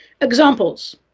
examples